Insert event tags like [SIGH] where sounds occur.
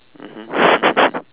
mmhmm [BREATH]